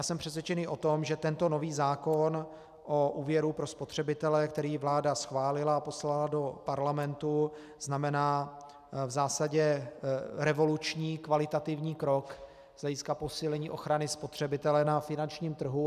Jsem přesvědčený o tom, že tento nový zákon o úvěru pro spotřebitele, který vláda schválila a poslala do Parlamentu, znamená v zásadě revoluční kvalitativní krok z hlediska posílení ochrany spotřebitele na finančním trhu.